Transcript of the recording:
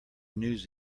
news